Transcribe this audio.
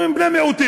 אומרים: בני מיעוטים,